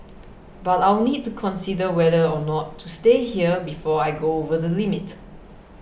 but I'll need to consider whether or not to stay here before I go over the limit